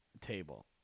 table